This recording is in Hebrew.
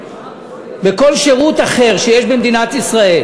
בכל שירות אחר שיש במדינת ישראל,